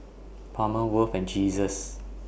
Palmer Worth and Jesus